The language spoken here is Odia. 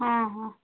ହଁ ହଁ